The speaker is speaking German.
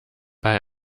bei